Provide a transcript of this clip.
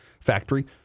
factory